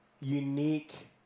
unique